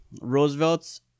Roosevelt's